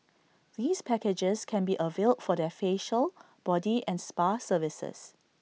these packages can be availed for their facial body and spa services